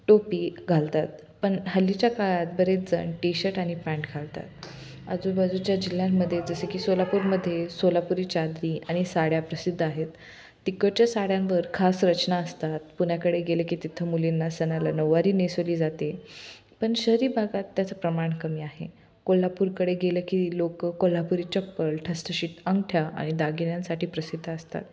टोपी घालतात पण हल्लीच्या काळात बरेच जण टीशर्ट आणि पॅन्ट घालतात आजूबाजूच्या जिल्ह्यांमध्येे जसे की सोलापूरमध्ये सोलापुरी चादरी आणि साड्या प्रसिद्ध आहेत तिकडच्या साड्यांवर खास रचना असतात पुण्याकडे गेलं की तिथं मुलींना सणाला नऊ्वारी नेसवली जाते पण शहरी भागात त्याचं प्रमाण कमी आहे कोल्हापूरकडे गेलं की लोकं कोल्हापुरी चप्पल ठसठशीत अंगठ्या आणि दागिन्यांसाठी प्रसिद्ध असतात